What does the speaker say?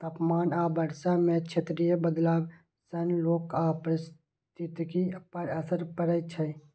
तापमान आ वर्षा मे क्षेत्रीय बदलाव सं लोक आ पारिस्थितिकी पर असर पड़ै छै